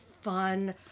fun